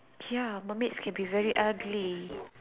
ya mermaids can be very ugly